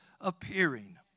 appearing